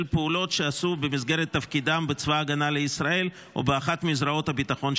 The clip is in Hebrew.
כהגדרתו בחוק למניעת פגיעה במדינת ישראל באמצעות חרם,